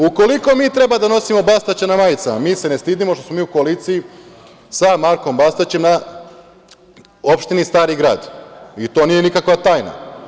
Ukoliko mi treba da nosimo Bastaća na majicama, mi se ne stidimo što smo mi u koaliciji sa Markom Bastaćem na Opštini Stari Grad i to nije nikakva tajna.